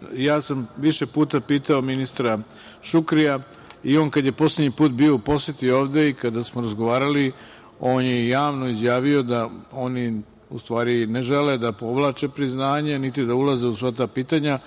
postoje. Više puta sam pitao ministra Šukrija i on kad je poslednji put bio u poseti ovde i kada smo razgovarali, on je javno izjavio da oni u stvari ne žele da povlače priznanje, niti da ulaze u sva ta pitanja,